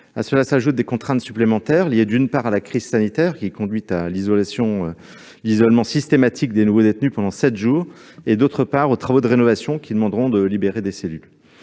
À cela s'ajoutent des contraintes supplémentaires liées d'une part à la crise sanitaire, qui conduit à l'isolement systématique des nouveaux détenus pendant sept jours, et, d'autre part, aux travaux de rénovation qui demanderont de libérer des cellules.